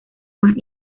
más